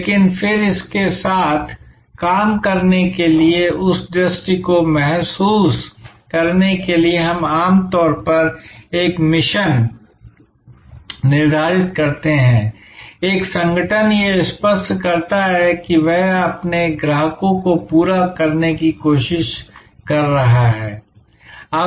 लेकिन फिर इसके साथ काम करने के लिए उस दृष्टि को महसूस करने के लिए हम आम तौर पर एक मिशन निर्धारित करते हैं एक संगठन यह स्पष्ट करता है कि वह अपने ग्राहकों को पूरा करने की कोशिश कर रहा है